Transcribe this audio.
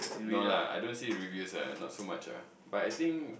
no lah I don't see review ah not so much ah but I think